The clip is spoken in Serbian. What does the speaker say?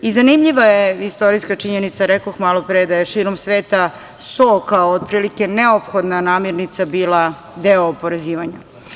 I zanimljiva je istorijska činjenica, rekoh malopre, da je širom sveta so kao otprilike neophodna namirnica bila deo oporezivanja.